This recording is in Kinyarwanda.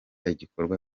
igikorwa